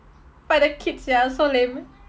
by the kids sia so lame